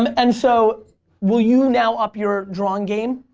um and so will you now up your drawing game?